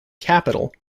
capital